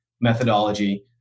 methodology